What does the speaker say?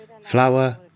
flour